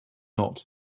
not